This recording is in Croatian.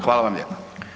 Hvala vam lijepa.